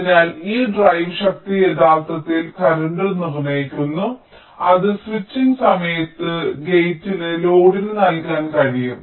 അതിനാൽ ഈ ഡ്രൈവ് ശക്തി യഥാർത്ഥത്തിൽ കറന്റ് നിർണ്ണയിക്കുന്നു അത് സ്വിച്ചിംഗ് സമയത്ത് ഗേറ്റിന് ലോഡിന് നൽകാൻ കഴിയും